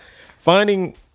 finding